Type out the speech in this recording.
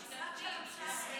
למשרד של אמסלם.